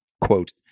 quote